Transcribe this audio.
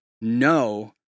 no